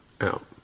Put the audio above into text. out